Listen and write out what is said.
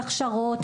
הכשרות,